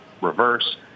reverse